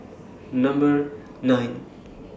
Number nine